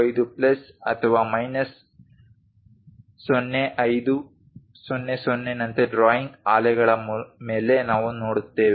45 plus ಅಥವಾ minus 05 00 ನಂತೆ drawing ಹಾಳೆಗಳ ಮೇಲೆ ನಾವು ನೋಡುತ್ತೇವೆ